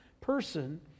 person